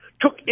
took